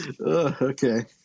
Okay